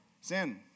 Sin